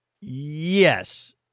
yes